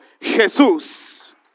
Jesús